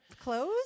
clothes